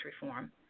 reform